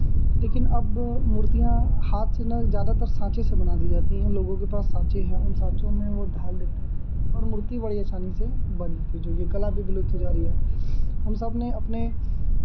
लेकिन अब मूर्तियाँ हाथ से ना ज़्यादातर साँचे से बना दी जाती हैं लोगों के पास साँचें हैं उन साँचों में वो ढाल देते हैं और मूर्ति बड़ी असानी से बन जाती जो ये कला भी विलुप्त हो जा रही है हम सबने अपने